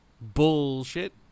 bullshit